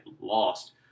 lost